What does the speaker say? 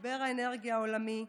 משבר האנרגיה העולמי,